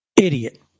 idiot